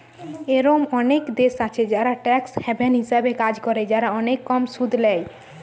এরোম অনেক দেশ আছে যারা ট্যাক্স হ্যাভেন হিসাবে কাজ করে, যারা অনেক কম সুদ ল্যায়